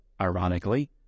Ironically